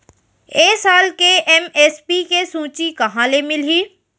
ए साल के एम.एस.पी के सूची कहाँ ले मिलही?